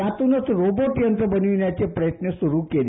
यातूनच रोबोट यंत्र बनविण्याचे प्रयत्न सुरू केले